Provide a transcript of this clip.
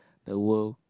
the world